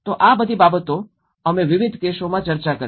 તો આ બધી બાબતો અમે વિવિધ કેસોમાં ચર્ચા કરી